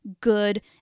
good